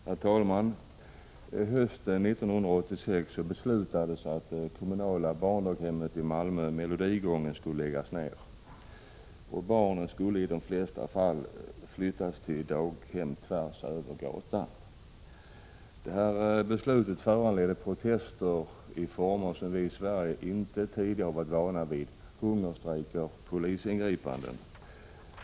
Herr talman! Hösten 1986 beslutades att det kommunala barndaghemmet Melodigången i Malmö skulle läggas ned. Barnen skulle i de flesta fall flyttas till ett daghem tvärs över gatan. Beslutet föranledde protester i former som vi i Sverige inte tidigare har varit vana vid: hungerstrejker och polisingripanden.